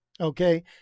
okay